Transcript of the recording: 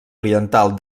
oriental